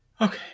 Okay